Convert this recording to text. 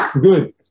good